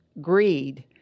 greed